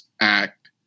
act